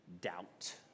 doubt